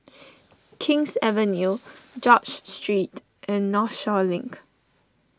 King's Avenue George Street and Northshore Link